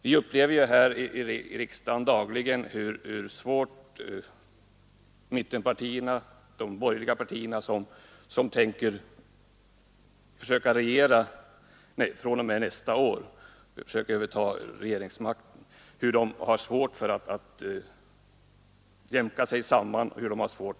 Vi upplever ju dagligen här i riksdagen hur svårt de borgerliga partierna, som tänker överta regeringsmakten och försöka regera fr.o.m. nästa år, har för att jämka sig samman och komma överens.